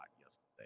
yesterday